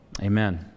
Amen